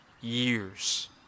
years